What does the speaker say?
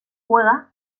juega